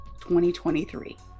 2023